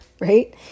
right